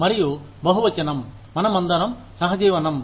మరియు బహువచనం మనమందరం సహజీవనం